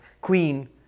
queen